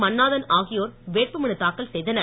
மன்னாதன் ஆகியோர் வேட்புமனு தாக்கல் செய்தனர்